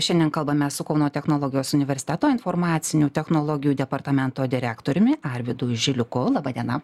šiandien kalbame su kauno technologijos universiteto informacinių technologijų departamento direktoriumi arvydu žiliuku laba diena